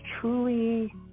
truly